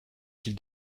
qu’il